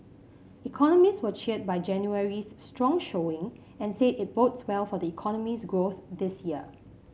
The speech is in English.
economists were cheered by January's strong showing and said it bodes well for the economy's growth this year